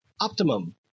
Optimum